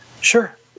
Sure